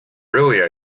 really